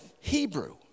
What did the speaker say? Hebrew